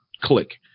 click